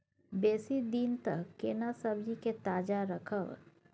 बेसी दिन तक केना सब्जी के ताजा रखब?